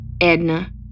Edna